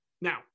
Now